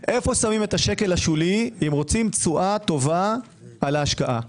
איפה שמים את השקל השולי אם רוצים תשואה טובה על ההשקעה?